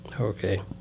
Okay